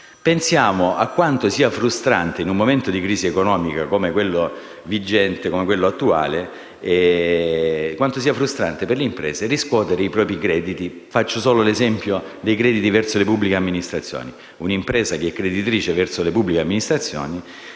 Pensiamo a quanto sia frustrante, in un momento di crisi economica come quello attuale, per le imprese riscuotere i propri crediti. Faccio solo l'esempio dei crediti verso le pubbliche amministrazioni: un'impresa creditrice verso le pubbliche amministrazioni